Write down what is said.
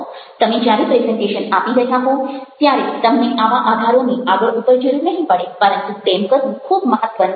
તમે જ્યારે પ્રેઝન્ટેશન આપી રહ્યા હો ત્યારે તમને આવા આધારોની આગળ ઉપર જરૂર નહિ પડે પરંતુ તેમ કરવું ખૂબ મહત્ત્વનું છે